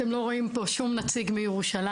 אתם לא רואים פה שום נציג מירושלם,